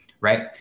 right